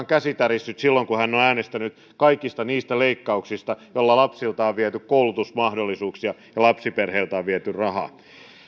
käsi tärissyt silloin kun hän on äänestänyt kaikista niistä leikkauksista joilla lapsilta on viety koulutusmahdollisuuksia ja lapsiperheiltä on viety rahaa